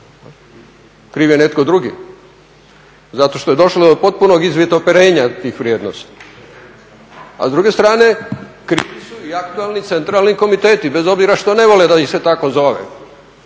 Kriv je netko drugi zato što je došlo do potpunog izvitoperenja tih vrijednosti. A s druge strane krivi su i aktualni centralni komiteti bez obzira što ne vole da ih se tako zove,